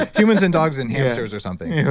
like humans and dogs and hamsters or something.